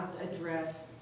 address